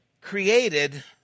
created